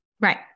Right